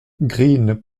green